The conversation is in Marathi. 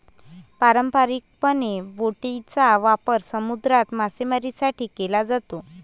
पारंपारिकपणे, बोटींचा वापर समुद्रात मासेमारीसाठी केला जातो